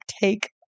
take